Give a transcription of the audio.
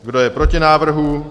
Kdo je proti návrhu?